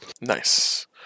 Nice